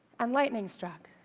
and lightning struck.